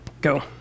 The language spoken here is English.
Go